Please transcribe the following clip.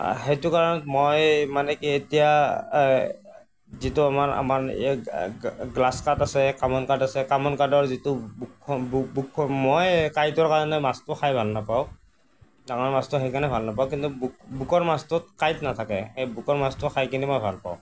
সেইটো কাৰণত মই মানে কি এতিয়া যিটো আমাৰ আমাৰ গ্ৰাছ কাৰ্প আছে কমন কাৰ্প আছে কমন কাৰ্পৰ যিটো বুক বুকুখন মই কাঁইটৰ কাৰণে মাছটো খাই ভাল নাপাওঁ ডাঙৰ মাছটো সেইকাৰণে ভাল নাপাওঁ কিন্তু বুকু বুকুৰ মাছটোত কাঁইট নাথাকে সেই বুকৰ মাছটো খাই কিনি মই ভাল পাওঁ